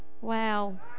Wow